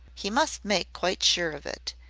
he must make quite sure of it.